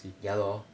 ya lor